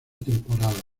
temporada